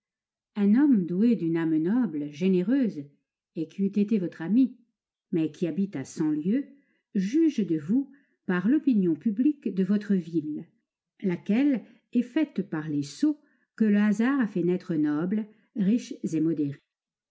un homme doué d'une âme noble généreuse et qui eût été votre ami mais qui habite à cent lieues juge de vous par l'opinion publique de votre ville laquelle est faite par les sots que le hasard a fait naître nobles riches et modérés